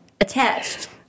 attached